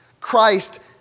Christ